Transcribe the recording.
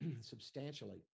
substantially